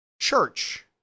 church